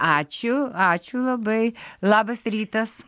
ačiū ačiū labai labas rytas